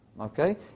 Okay